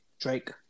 Drake